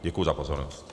Děkuji za pozornost.